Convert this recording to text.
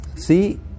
See